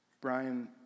Brian